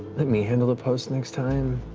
let me handle the post next time?